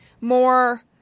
more